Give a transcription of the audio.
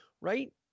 right